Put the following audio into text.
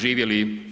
Živjeli.